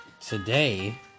Today